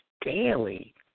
daily